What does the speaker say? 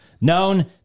known